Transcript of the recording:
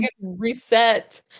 reset